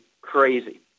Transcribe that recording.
crazy